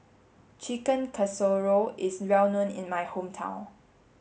Chicken Casserole is well known in my hometown